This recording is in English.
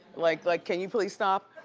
like like can you please stop?